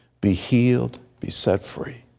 be healed. be set free.